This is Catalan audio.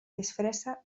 disfressa